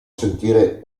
sentire